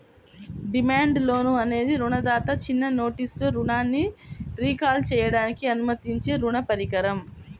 demand loan అనేది రుణదాత చిన్న నోటీసులో రుణాన్ని రీకాల్ చేయడానికి అనుమతించే రుణ పరికరం